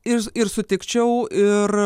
ir ir sutikčiau ir